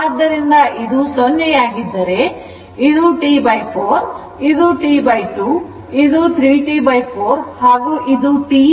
ಆದ್ದರಿಂದ ಇದು 0 ಯಾಗಿದ್ದರೆ ಇದು T4 ಇದು T2 ಇದು 3 T4 ಹಾಗೂ ಇದು T